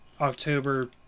October